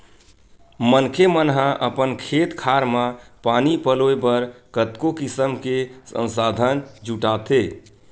मनखे मन ह अपन खेत खार म पानी पलोय बर कतको किसम के संसाधन जुटाथे